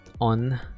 on